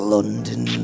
London